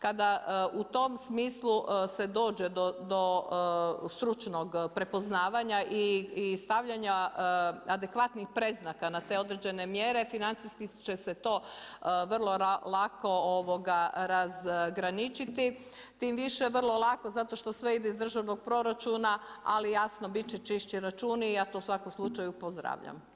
Kada u tom smislu se dođe do stručnog prepoznavanja i stavljanja adekvatnih predznaka na te određene mjere, financijski će se to vrlo lako razgraničiti tim više vrlo lako zato što sve ide iz državnog proračuna ali jasno, bit će čišći računi, ja to u svakom slučaju pozdravljam.